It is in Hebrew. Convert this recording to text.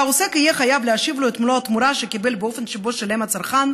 והעסק יהיה חייב להשיב לו את מלוא התמורה שקיבל באופן שבו שילם הצרכן,